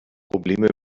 probleme